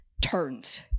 turns